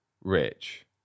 rich